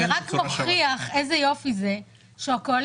זה רק מוכיח איזה יופי זה שהקואליציה,